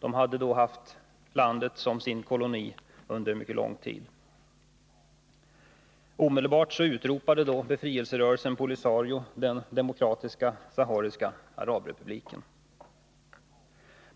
Man hade då haft landet som sin koloni under mycket lång tid. Omedelbart utropade befrielserörelsen Polisario den Demokratiska sahariska arabrepubliken.